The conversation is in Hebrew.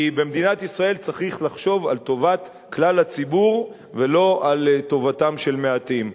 כי במדינת ישראל צריך לחשוב על טובת כלל הציבור ולא על טובתם של מעטים.